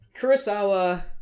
Kurosawa